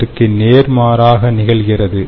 இதற்கு நேர்மாறாக நிகழ்கிறது